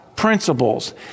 principles